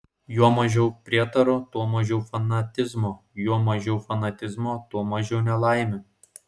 juo mažiau prietarų tuo mažiau fanatizmo juo mažiau fanatizmo tuo mažiau nelaimių